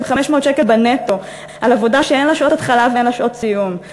שקל נטו על עבודה שאין לה שעות התחלה ואין לה שעות סיום,